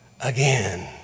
again